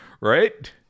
right